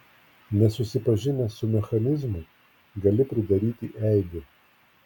nesusipažinęs su mechanizmu gali pridaryti eibių